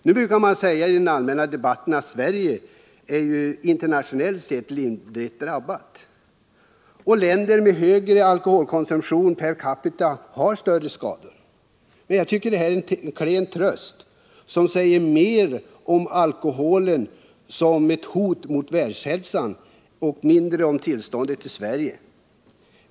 Man brukar säga i den allmänna debatten att Sverige internationellt sett är lindrigt drabbat. I länder med högre alkoholkonsumtion per capita har man större skador. Men det tycker jag är en klen tröst som säger mer om alkoholen som ett hot mot världshälsan och mindre om tillståndet i Sverige.